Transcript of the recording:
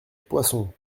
poisson